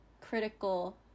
critical